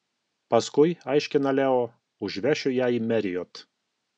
paskui aiškina leo užvešiu ją į marriott